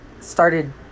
started